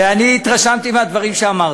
והתרשמתי מהדברים שאמרת.